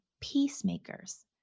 peacemakers